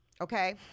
Okay